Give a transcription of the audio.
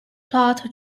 plot